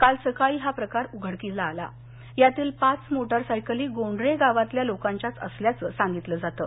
काल सकाळी हा प्रकार उघड झाला यातील पाच मोटारसायकली गोंडरे गावातल्या लोकांच्याच असल्याचं सांगितलं जातं